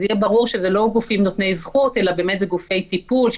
הם לא גופים נותני זכות אלא הם גופי טיפול.